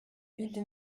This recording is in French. une